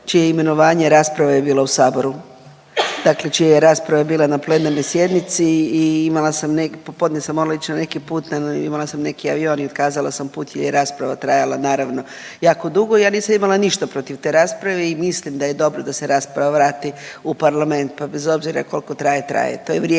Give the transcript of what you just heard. čije imenovanje, rasprava je bila u saboru. Dakle, čija rasprava je bila na plenarnoj sjednici i imala sam, popodne sam morala ići na neki put, imala sam neki avion i otkazala sam put jer je rasprava trajala naravno jako dugo i ja nisam imala ništa protiv te rasprave i mislim da je dobro da se rasprava vrati u parlament pa bez obzira koliko traje, traje. To je vrijedno